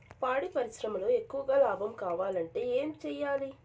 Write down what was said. పాడి పరిశ్రమలో ఎక్కువగా లాభం కావాలంటే ఏం చేయాలి?